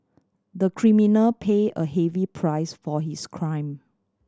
the criminal pay a heavy price for his crime